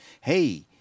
Hey